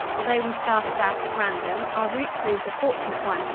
although we started out at random, our route proved a fortunate one,